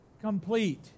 complete